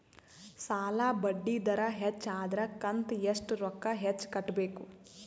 ಸಾಲಾ ಬಡ್ಡಿ ದರ ಹೆಚ್ಚ ಆದ್ರ ಕಂತ ಎಷ್ಟ ರೊಕ್ಕ ಹೆಚ್ಚ ಕಟ್ಟಬೇಕು?